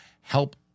Help